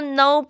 no